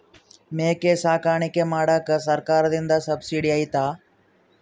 ಮೇಕೆ ಸಾಕಾಣಿಕೆ ಮಾಡಾಕ ಸರ್ಕಾರದಿಂದ ಸಬ್ಸಿಡಿ ಐತಾ?